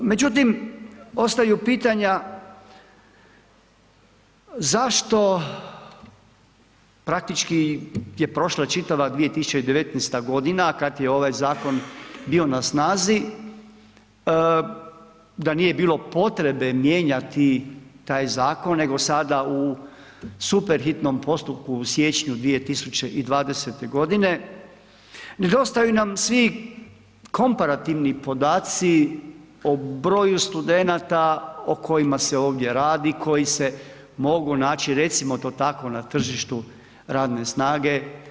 Međutim, ostaju pitanja zašto praktički je prošla čitava 2019. g. kad je ovaj zakon bio na snazi, da nije bilo potrebe mijenjati taj zakon nego sada u super hitnom postupku u siječnju 2020. g. Nedostaju nam svi komparativni podaci o broju studenata o kojima se ovdje radi, koji se mogu naći, recimo to tako, na tržištu radne snage.